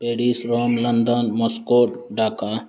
Paris Rome London Moscow Dhaka